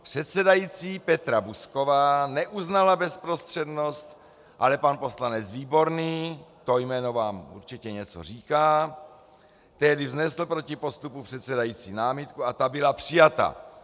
Předsedající Petra Buzková neuznala bezprostřednost, ale pan poslanec Výborný, to jméno vám určitě něco říká, tehdy vznesl proti postupu předsedající námitku a ta byla přijata.